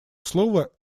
слово